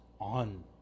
on